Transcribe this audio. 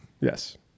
Yes